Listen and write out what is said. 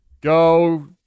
go